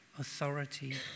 authority